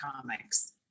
comics